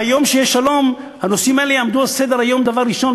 ביום שיהיה שלום הנושאים האלה יעמדו על סדר-היום כדבר ראשון,